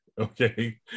okay